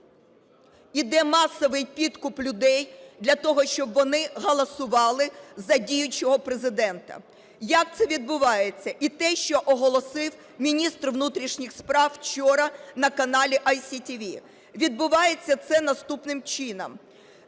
іде масовий підкуп людей для того, щоб вони голосували за діючого Президента. Як це відбувається, і те, що оголосив міністр внутрішніх справ вчора на каналі ІСTV. Відбувається це наступним чином.